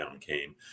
came